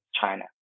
China